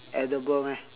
edible meh